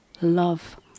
love